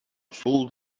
full